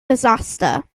disaster